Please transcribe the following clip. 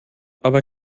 aber